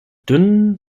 dünnen